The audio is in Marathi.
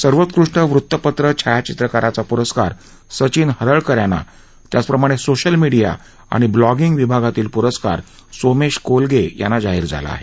सर्वोत्कृष्ट वृत्तपत्र छायाचित्रकाराचा पुरस्कार सचिन हरळकर यांना त्याचप्रमाणे सोशल मीडिया आणि ब्लॉगिंग विभागातील पुरस्कार सोमेश कोलगे यांना जाहीर झाला आहे